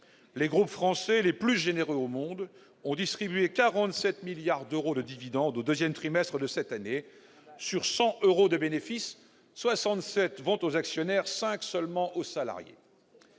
les groupes français- les plus généreux au monde -ont versé 47 milliards d'euros au deuxième trimestre de cette année. Sur 100 euros de bénéfices, 67 vont aux actionnaires, 5 seulement aux salariés